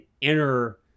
inner